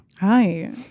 Hi